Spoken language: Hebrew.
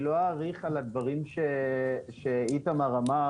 אני לא אאריך על הדברים שאיתמר אמר